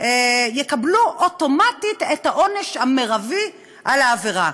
יקבלו אוטומטית את העונש המרבי על העבירה.